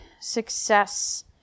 success